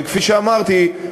וכפי שאמרתי,